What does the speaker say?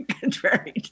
Contrary